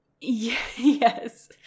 Yes